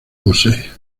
posee